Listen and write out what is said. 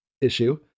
issue